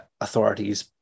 authorities